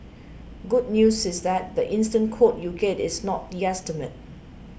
good news is that the instant quote you get is not the estimate